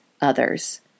others